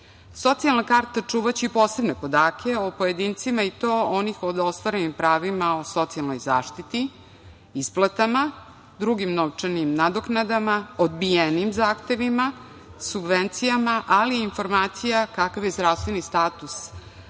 karta čuvaće i posebne podatke o pojedincima, i to onih o ostvarenim pravima od socijalne zaštite, isplatama, drugim novčanim nadoknadama, odbijenim zahtevima, subvencijama, ali i informacije kakav je zdravstveni status,